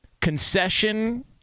concession